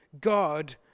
god